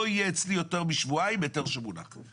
לא יהיה אצלי היתר שמונח יותר משבועיים.